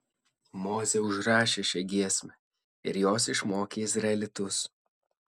mozė užrašė šią giesmę ir jos išmokė izraelitus